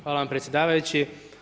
Hvala vam predsjedavajući.